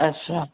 अच्छा